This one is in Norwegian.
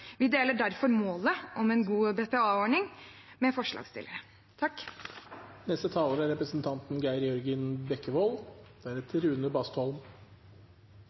Vi deler derfor målet om en god BPA-ordning med